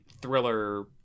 thriller